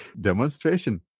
demonstration